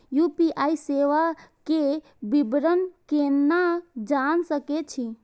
UPI सेवा के विवरण केना जान सके छी?